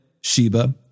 Sheba